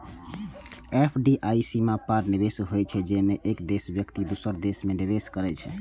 FDI सीमा पार निवेश होइ छै, जेमे एक देशक व्यक्ति दोसर देश मे निवेश करै छै